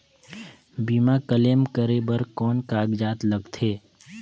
बीमा क्लेम करे बर कौन कागजात लगथे?